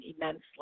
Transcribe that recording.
immensely